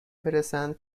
برسند